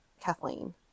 kathleen